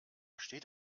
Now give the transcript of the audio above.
steht